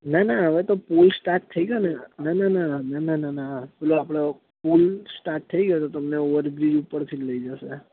ના ના હવે તો પૂલ સ્ટાર્ટ થઈ ગયો ને ના ના ના ના ના ના ના પેલો આપણો પૂલ સ્ટાર્ટ થઈ ગયો તો તમને ઓવરબ્રિજ ઉપરથી લઈ જશે